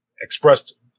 expressed